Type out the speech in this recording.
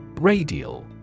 Radial